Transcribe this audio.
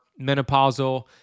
menopausal